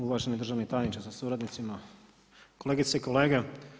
Uvaženi državni tajniče sa suradnicima, kolegice i kolege.